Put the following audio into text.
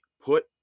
put